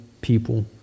people